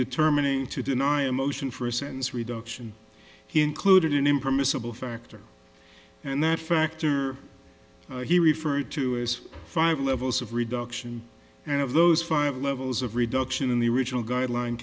determining to deny a motion for a sentence reduction he included an impermissible factor and that factor he referred to as five levels of reduction and of those five levels of reduction in the original guideline